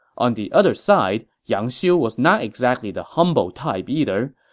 on the other side, yang xiu was not exactly the humble type either.